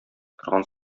торган